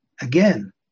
Again